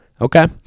Okay